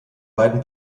beiden